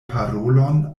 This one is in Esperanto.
parolon